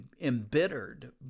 embittered